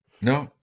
No